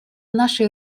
нашей